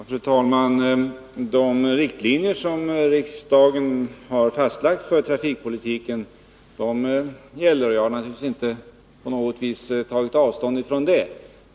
Fru talman! De riktlinjer som riksdagen har fastlagt för trafikpolitiken gäller — det har jag naturligtvis inte på något vis tagit avstånd ifrån.